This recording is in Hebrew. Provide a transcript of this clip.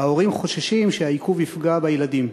ההורים חוששים שהעיכוב יפגע בילדים.